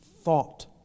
thought